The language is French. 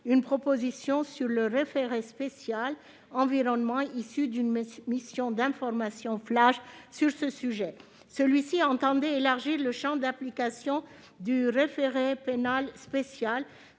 une proposition sur le référé spécial environnemental introduite par une mission d'information flash sur ce sujet. Cet article visait à élargir le champ d'application du référé pénal spécial,